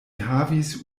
havis